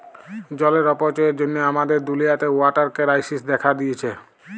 জলের অপচয়ের জ্যনহে আমাদের দুলিয়াতে ওয়াটার কেরাইসিস্ দ্যাখা দিঁয়েছে